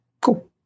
cool